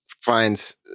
finds